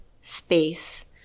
space